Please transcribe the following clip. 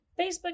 Facebook